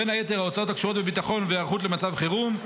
בין היתר הוצאות הקשורות בביטחון והיערכות למצב חירום,